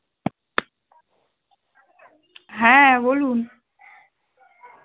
হ্যাঁ বলুন